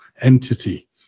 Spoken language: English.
entity